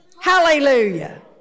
Hallelujah